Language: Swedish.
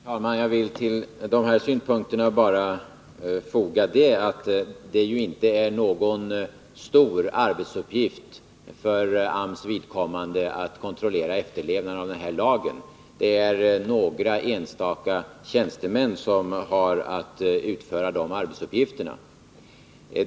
Herr talman! Jag vill till de här synpunkterna bara foga att det ju inte är någon stor arbetsuppgift för AMS att kontrollera efterlevnaden av den här lagen. Det är några enstaka tjänstemän som har att utföra de arbetsuppgifterna.